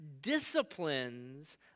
disciplines